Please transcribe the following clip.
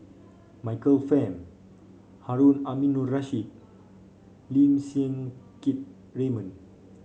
Michael Fam Harun Aminurrashid Lim Siang Keat Raymond